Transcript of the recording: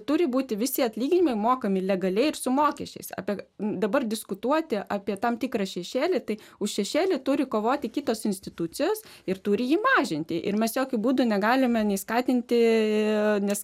turi būti visi atlyginimai mokami legaliai ir su mokesčiais apie dabar diskutuoti apie tam tikrą šešėlį tai už šešėlį turi kovoti kitos institucijos ir turi jį mažinti ir mes jokiu būdu negalime nei skatinti nes